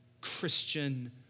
Christian